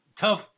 Tough